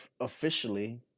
officially